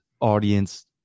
audience